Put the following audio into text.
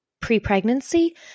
pre-pregnancy